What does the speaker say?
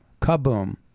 Kaboom